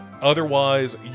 Otherwise